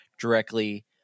directly